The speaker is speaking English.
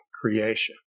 creation